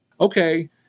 Okay